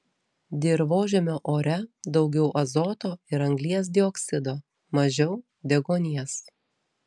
dirvožemio ore daugiau azoto ir anglies dioksido mažiau deguonies